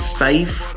safe